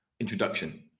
introduction